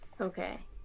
Okay